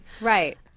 Right